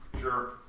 Sure